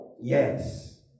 Yes